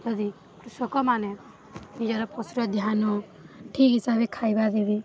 ଯଦି କୃଷକମାନେ ନିଜର ପଶୁର ଧ୍ୟାନ ଠିକ ହିସାବରେ ଖାଇବା ଦେବେ